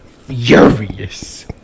furious